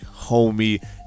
homie